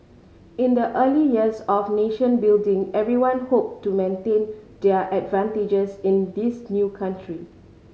in the early years of nation building everyone hoped to maintain their advantages in this new country